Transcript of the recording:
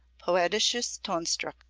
poetisches tonstuck,